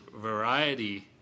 variety